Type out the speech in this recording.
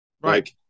right